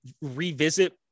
revisit